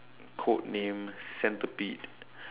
code name centipede